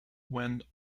went